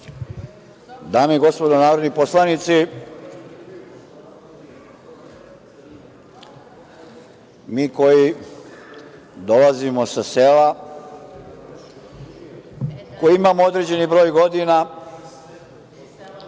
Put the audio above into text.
Dame i gospodo narodni poslanici, mi koji dolazimo sa sela, koji imamo određeni broj godina,